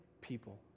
people